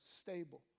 stable